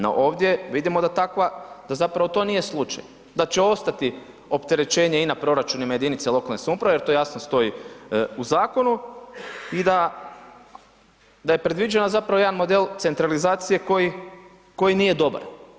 No ovdje vidimo da zapravo to nije slučaj, da će ostati opterećenje i na proračunima jedinice lokalne samouprave jer to jasno stoji u zakonu i da je predviđeno zapravo jedan model centralizacije koji nije dobar.